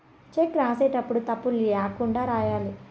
check రాసేటప్పుడు తప్పులు ల్యాకుండా రాయాలి